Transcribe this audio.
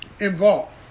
involved